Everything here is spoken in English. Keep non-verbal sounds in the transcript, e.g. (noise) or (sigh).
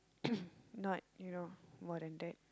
(coughs) not you know more than that